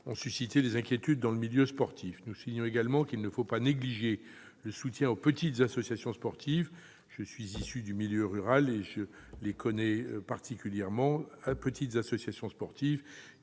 ont suscité des inquiétudes dans le milieu sportif. Nous soulignons également qu'il ne faut pas négliger le soutien aux petites associations sportives- je suis issu du milieu rural et je les connais particulièrement bien -, qui doivent